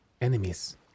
enemies